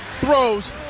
throws